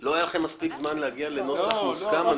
לא היה לכם מספיק זמן להגיע לנוסח מוסכם?